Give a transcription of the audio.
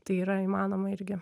tai yra įmanoma irgi